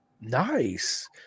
Nice